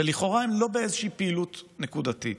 ולכאורה הן לא באיזושהי פעילות נקודתית.